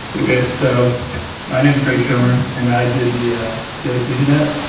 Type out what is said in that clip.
so my name is greg schommer. and i did the ah daily collegian app.